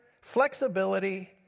flexibility